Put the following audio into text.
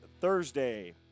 Thursday